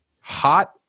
hot